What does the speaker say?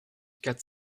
quatre